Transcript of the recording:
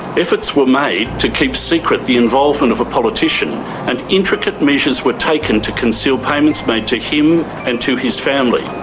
efforts were made to keep secret the involvement of a politician and intricate measures were taken to conceal payments made to him and to his family.